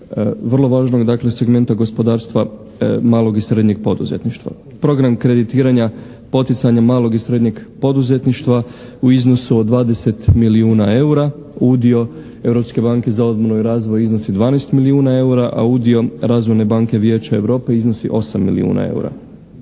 vrlo važnog, dakle, segmenta gospodarstva malog i srednjeg poduzetništva. Program kreditiranja poticanja malog i srednjeg poduzetništva u iznosu od 20 milijuna eura, udio Europske banke za obnovu i razvoj iznosi 12 milijuna eura, a udio razvojne banke Vijeća Europe iznosi 8 milijuna eura.